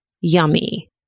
yummy